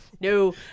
no